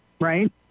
right